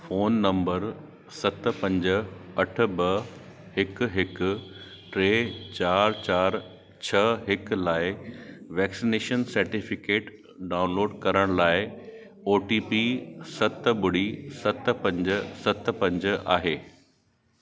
phone number सत पंज अठ ॿ हिकु हिकु टे चार चार छह हिकु लाइ वैक्सनेशन सेटिफिकेट डाउनलोड करण लाइ ओ टी पी सत ॿुड़ी सत पंज सत पंज आहे